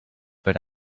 but